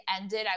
ended